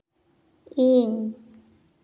ᱤᱧ